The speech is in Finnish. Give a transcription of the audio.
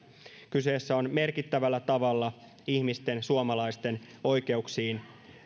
kyseessä on merkittävällä tavalla ihmisten suomalaisten oikeuksiin